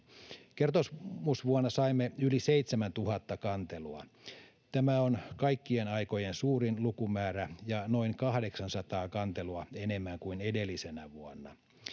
Kertomusvuonna saimme yli 7 000 kantelua. Tämä on kaikkien aikojen suurin lukumäärä ja noin 800 kantelua enemmän kuin edellisenä vuonna.